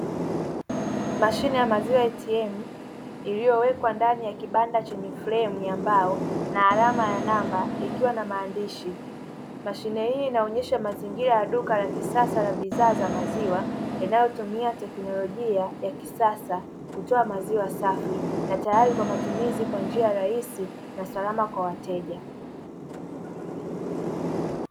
Mashine ya maziwa ya "ATM" iliyowekwa ndani ya kibanda chenye fremu ya mbao na alama ya namba ikiwa na maandishi, mashine hii inaonyesha mazingira ya duka la kisasa la bidhaa za maziwa linalotumia teknolojia ya kisasa, kutoa maziwa safi na tayari kwa matumizi kwa njia ya rahisi na salama kwa wateja.